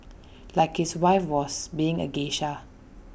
like his wife was being A geisha